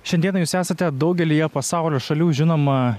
šiandien jūs esate daugelyje pasaulio šalių žinoma